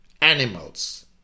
animals